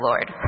Lord